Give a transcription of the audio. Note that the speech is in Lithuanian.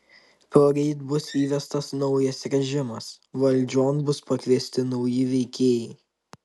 poryt bus įvestas naujas režimas valdžion bus pakviesti nauji veikėjai